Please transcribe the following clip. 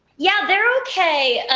yeah, they're okay.